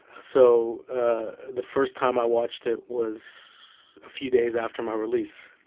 so the first time i watched it was a few days after my release,